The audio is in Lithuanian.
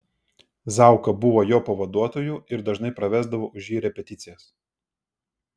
zauka buvo jo pavaduotoju ir dažnai pravesdavo už jį repeticijas